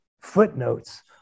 footnotes